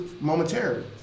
momentary